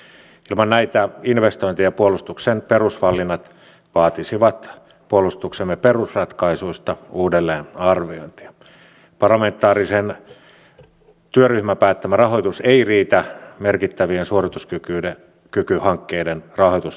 näyttää siltä että ryhmäpuheenvuoron huoli ja halu leimata vihreitä tulee lähinnä vain siitä että pelätään että sivistysporvarit ja liberaalit äänestäjät siirtyvät vihreiden kannattajiksi